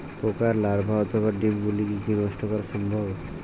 পোকার লার্ভা অথবা ডিম গুলিকে কী নষ্ট করা সম্ভব?